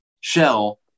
shell